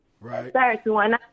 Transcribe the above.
right